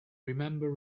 remember